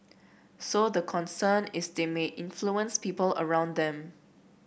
so the concern is they may influence people around them